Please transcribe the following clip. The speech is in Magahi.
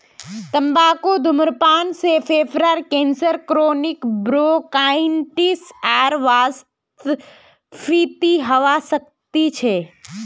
तंबाकू धूम्रपान से फेफड़ार कैंसर क्रोनिक ब्रोंकाइटिस आर वातस्फीति हवा सकती छे